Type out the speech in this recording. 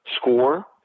score